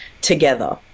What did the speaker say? together